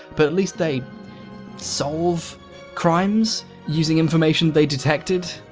but at least they solve crimes using information they detected.